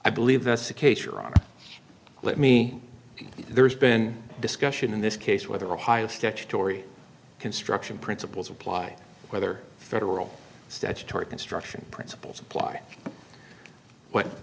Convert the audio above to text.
i believe that's the case you're on let me there's been discussion in this case whether ohio statutory construction principles apply whether federal statutory construction principles apply wh